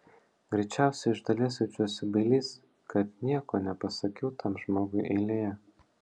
greičiausiai iš dalies jaučiuosi bailys kad nieko nepasakiau tam žmogui eilėje